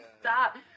Stop